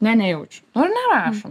ne nejaučiu nu ir nerašom